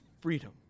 freedom